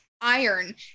iron